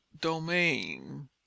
domain